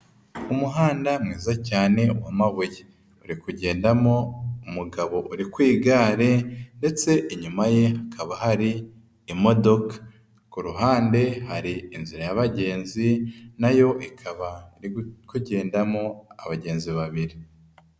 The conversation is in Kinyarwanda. Umuhanda mwiza cyane w'amabuye, uri kugendamo umugabo uri ku igare ndetse inyuma ye hakaba hari imodoka, kuhande hari inzira y'abagenzi, nayo ikaba iri kugendamo abagenzi babiri.